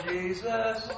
Jesus